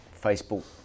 Facebook